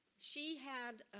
she had